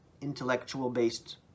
intellectual-based